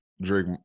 Drake